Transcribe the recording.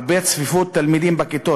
הכי הרבה תלמידים בכיתות.